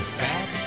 fat